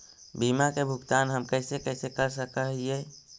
बीमा के भुगतान हम कैसे कैसे कर सक हिय?